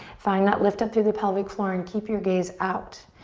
find that lift up through the pelvic floor and keep your gaze out.